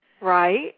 Right